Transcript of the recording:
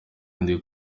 ndi